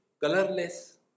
colorless